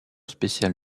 spécial